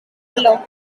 below